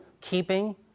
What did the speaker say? keeping